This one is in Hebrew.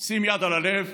"שים יד על הלב",